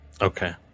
Okay